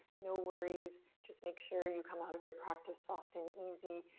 no worries. just make sure you come out of your practice soft and easy,